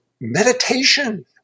meditation